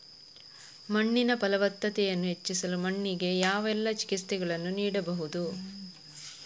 ಮಣ್ಣಿನ ಫಲವತ್ತತೆಯನ್ನು ಹೆಚ್ಚಿಸಲು ಮಣ್ಣಿಗೆ ಯಾವೆಲ್ಲಾ ಚಿಕಿತ್ಸೆಗಳನ್ನು ನೀಡಬಹುದು?